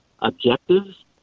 objectives